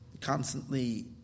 constantly